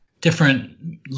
different